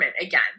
again